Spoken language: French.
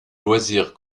loisir